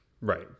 Right